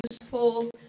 useful